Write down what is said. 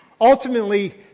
ultimately